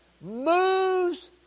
moves